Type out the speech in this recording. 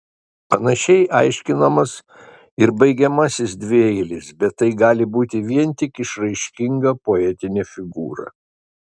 panašiai aiškinamas ir baigiamasis dvieilis bet tai gali būti vien tik išraiškinga poetinė figūra